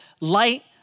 light